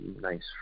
Nice